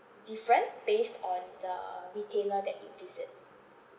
different based on the retailer that you visit